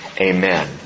Amen